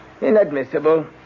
inadmissible